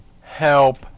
help